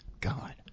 God